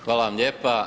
Hvala vam lijepa.